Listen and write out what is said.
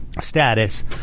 Status